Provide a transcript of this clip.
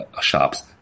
shops